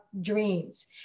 dreams